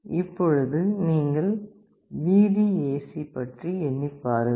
இப்பொழுது நீங்கள் VDAC பற்றி எண்ணிப் பாருங்கள்